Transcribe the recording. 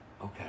okay